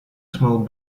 small